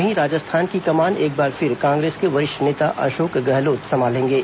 वहीं राजस्थान की कमान एक बार फिर कांग्रेस के वरिष्ठ नेता अशोक गहलोत संभालेंगे